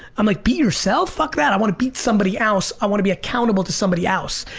i'm like, beat yourself? fuck that. i wanna beat somebody else. i wanna be accountable to somebody else.